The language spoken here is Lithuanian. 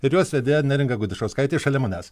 ir jos vedėja neringa gudišauskaitė šalia manęs